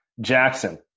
Jackson